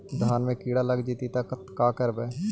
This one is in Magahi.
धान मे किड़ा लग जितै तब का करबइ?